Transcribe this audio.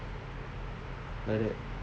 like that